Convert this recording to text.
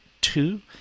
two